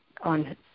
on